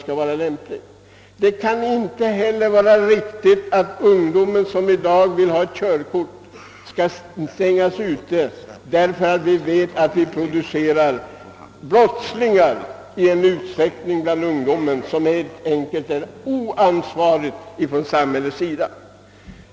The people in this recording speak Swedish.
Inte heller kan det vara riktigt att ungdomar utestängs från möjligheten att ta körkort därför att vi vet att samhället på ett sätt som helt enkelt är oansvarigt producerar brottslingar bland ungdomen.